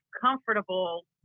comfortable